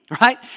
Right